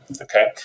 okay